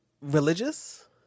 religious